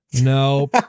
No